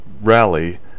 rally